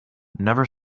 never